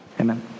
Amen